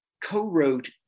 co-wrote